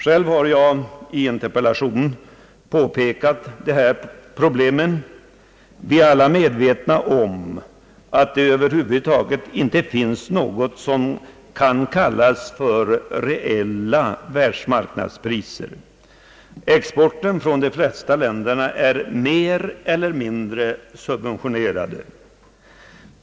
Själv har jag i en interpellation påpekat dessa problem. Vi är alla medvetna om att det över huvud taget inte finns något som kan kallas för reella världsmarknadspriser. Exporten från de flesta länder är mer eller mindre subventionerad.